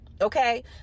Okay